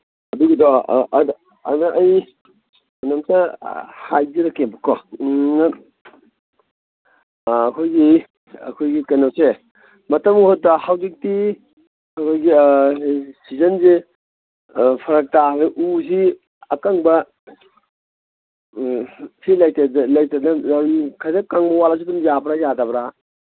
ꯑꯗꯨꯒꯤꯗꯣ ꯑꯩ ꯀꯩꯅꯣꯝꯇ ꯍꯥꯏꯖꯔꯛꯀꯦꯕꯀꯣ ꯑꯩꯈꯣꯏꯒꯤ ꯑꯩꯈꯣꯏꯒꯤ ꯀꯩꯅꯣꯁꯦ ꯃꯇꯝ ꯃꯍꯨꯠꯇ ꯍꯧꯖꯤꯛꯇꯤ ꯑꯩꯈꯣꯏꯒꯤ ꯁꯤꯖꯟꯁꯦ ꯐꯔꯛ ꯇꯥꯕ ꯎꯁꯤ ꯑꯀꯪꯕ ꯁꯤ ꯂꯩꯇꯗꯅ ꯈꯤꯇꯪ ꯀꯪꯕ ꯋꯥꯠꯂꯁꯨ ꯑꯗꯨꯝ ꯌꯥꯕ꯭ꯔꯥ ꯌꯥꯗꯕ꯭ꯔꯥ